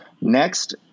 Next